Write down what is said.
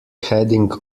heading